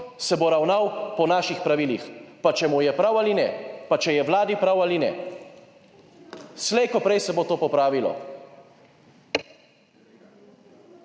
se bo ravnal po naših pravilih, pa če mu je prav ali ne, pa če je vladi prav ali ne. Slej ko prej se bo to popravilo.